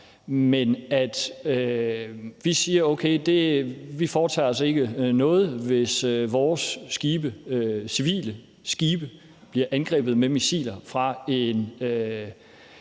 – siger, at vi ikke foretager os noget, hvis vores civile skibe bliver angrebet med missiler fra en